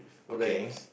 okay